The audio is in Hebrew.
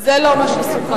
זה לא מה שסוכם.